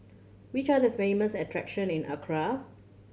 which are the famous attraction in Accra